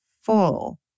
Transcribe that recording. full